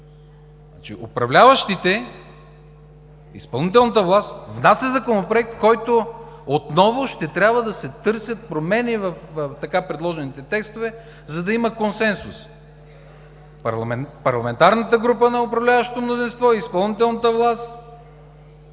Значи, управляващите, изпълнителната власт внасят Законопроект, в който отново ще трябва да се търсят промени в така предложените текстове, за да има консенсус. Парламентарната група на управляващото мнозинство, изпълнителната власт